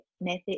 method